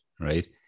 Right